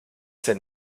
sind